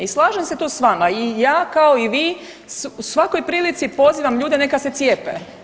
I slažem se tu s vama i ja kao i vi u svakoj prilici pozivam ljude neka se cijepe.